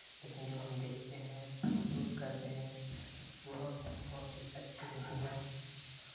लेकिन जो हम देखते हैं महसूस करते हैं वो हम बहुत ही अच्छी होती है